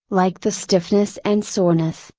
like the stiffness and soreness,